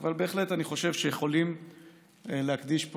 אבל בהחלט אני חושב שיכולים להקדיש פה